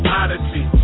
odyssey